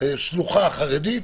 לשלוחה חרדית.